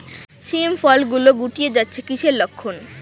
শিম ফল গুলো গুটিয়ে যাচ্ছে কিসের লক্ষন?